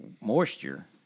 moisture